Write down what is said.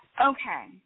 Okay